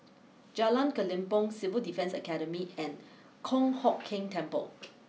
Jalan Kelempong Civil Defence Academy and Kong Hock Keng Temple